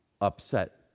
upset